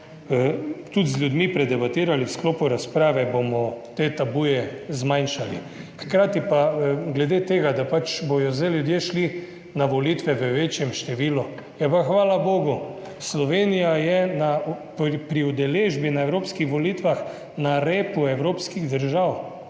tudi z ljudmi predebatirali v sklopu razprave, bomo te tabuje zmanjšali. Hkrati pa glede tega, da pač bodo zdaj ljudje šli na volitve v večjem številu, je pa hvala bogu. Slovenija je pri udeležbi na evropskih volitvah na repu evropskih držav